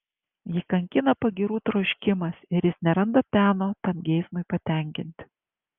jį kankina pagyrų troškimas ir jis neranda peno tam geismui patenkinti